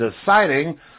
deciding